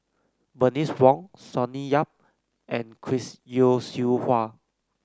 Bernice Wong Sonny Yap and Chris Yeo Siew Hua